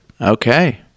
Okay